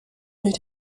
did